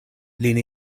lin